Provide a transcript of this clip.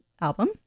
album